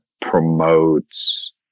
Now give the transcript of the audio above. promotes